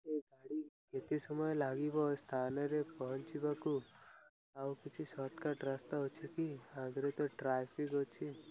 ଏ ଗାଡ଼ି କେତେ ସମୟ ଲାଗିବ ସ୍ଥାନରେ ପହଁଞ୍ଚିବାକୁ ଆଉ କିଛି ସଟକଟ୍ ରାସ୍ତା ଅଛି କି ଆଗରେ ତ ଟ୍ରାଫିକ୍ ଅଛି